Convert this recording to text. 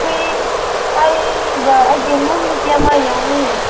ꯑꯩꯈꯣꯏ ꯑꯩꯒ ꯑꯩꯒꯤ ꯏꯃꯧꯅꯨꯄꯤ ꯑꯃ ꯌꯥꯎꯒꯅꯤ